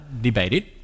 debated